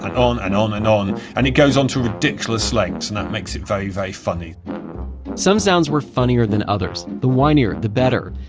and on and on and on and it goes on to ridiculous lengths and that makes it very very funny some sounds were funnier than others the whinier the better.